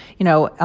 you know, ah